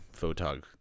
photog